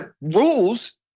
rules